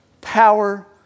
Power